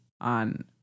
on